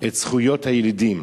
את זכויות הילידים,